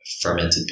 fermented